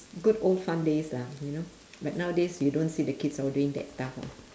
good old fun days lah you know but nowadays you don't see the kids all doing that stuff ah